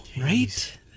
right